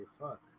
Fuck